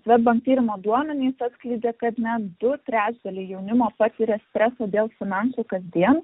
swedbank tyrimo duomenys atskleidė kad net du trečdaliai jaunimo patiria stresą dėl finansų kasdien